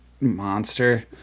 monster